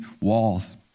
walls